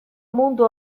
mundu